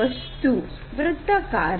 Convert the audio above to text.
वस्तु वृत्ताकार है